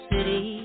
City